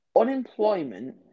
Unemployment